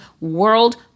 world